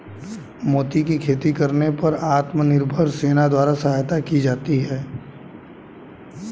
मोती की खेती करने पर आत्मनिर्भर सेना द्वारा सहायता की जाती है